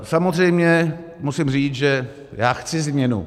Samozřejmě musím říct, že já chci změnu.